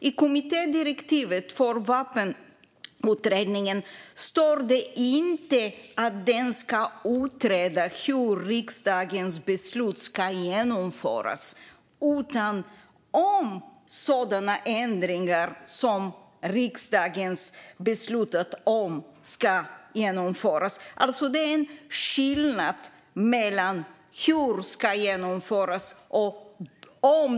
I kommittédirektivet till vapenutredningen står det inte att den ska utreda hur riksdagens beslut ska genomföras, utan om sådana ändringar som riksdagen beslutat om över huvud taget bör genomföras.